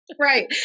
Right